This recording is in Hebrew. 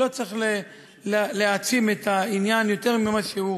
לא צריך להעצים את העניין יותר ממה שהוא.